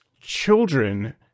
children